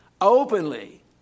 openly